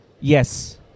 yes